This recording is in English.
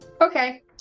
Okay